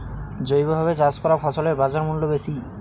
জৈবভাবে চাষ করা ফসলের বাজারমূল্য বেশি